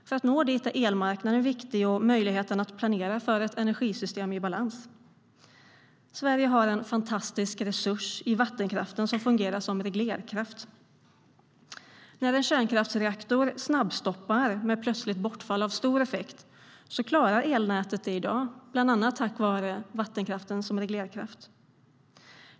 För att nå dit är elmarknaden och möjligheten att planera för ett energisystem i balans viktiga. Sverige har en fantastisk resurs i vattenkraften, som fungerar som reglerkraft. När en kärnkraftsreaktor snabbstoppar med plötsligt bortfall av stor effekt klarar elnätet det i dag, bland annat tack vare vattenkraftens reglerförmåga.